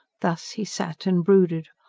thus he sat and brooded,